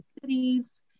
cities